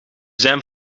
zijn